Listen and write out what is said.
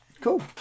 cool